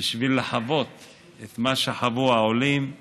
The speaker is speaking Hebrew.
בשביל לחוות את מה שחוו העולים.